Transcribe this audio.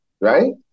right